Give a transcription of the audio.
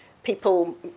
people